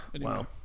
Wow